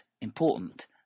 important